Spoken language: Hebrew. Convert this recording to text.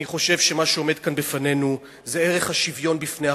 אני חושב שמה שעומד כאן בפנינו זה ערך השוויון בפני החוק.